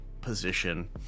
position